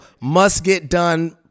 must-get-done